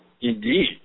indeed